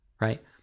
right